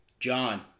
John